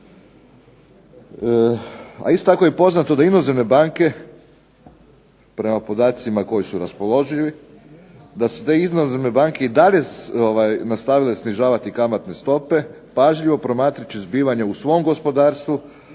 A isto tako je i poznato da inozemne banke prema podacima koji su raspoloživi da su te inozemne banke i dalje nastavile snižavati kamatne stope pažljivo promatrajući zbivanja u svom gospodarstvu,